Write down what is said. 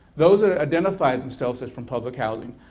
those that identify themselves as from public housing.